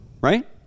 right